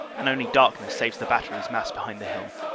and only darkness saves the batteries massed behind the hill.